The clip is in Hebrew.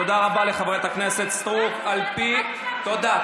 תודה, תודה.